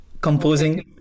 Composing